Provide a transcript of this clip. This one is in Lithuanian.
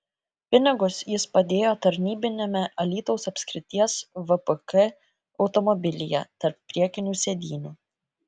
pinigus jis padėjo tarnybiniame alytaus apskrities vpk automobilyje tarp priekinių sėdynių